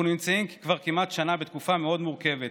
אנחנו נמצאים כבר כמעט שנה בתקופה מאוד מורכבת,